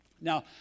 Now